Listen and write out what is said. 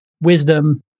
wisdom